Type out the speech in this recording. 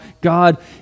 God